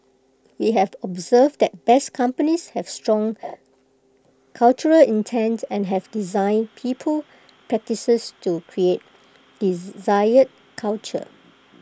we have observed that best companies have strong cultural intent and have designed people practices to create desired culture